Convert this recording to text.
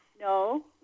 No